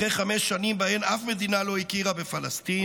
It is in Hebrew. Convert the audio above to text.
אחרי חמש שנים שבהן אף מדינה לא הכירה בפלסטין,